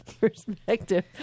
perspective